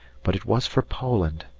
but it was for poland,